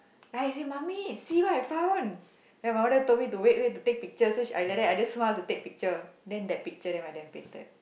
then I say mummy see what I found then my mother told me to wait wait to take picture so she I like that I just smile to take picture then that picture then my dad painted